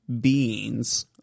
beings